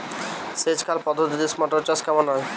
সেচ খাল পদ্ধতিতে মটর চাষ কেমন হবে?